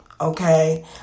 Okay